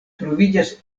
troviĝas